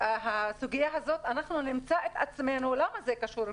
לך למה זה קשור.